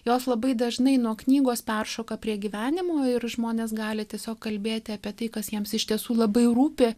jos labai dažnai nuo knygos peršoka prie gyvenimo ir žmonės gali tiesiog kalbėti apie tai kas jiems iš tiesų labai rūpi